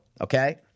Okay